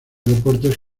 deportes